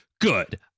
Good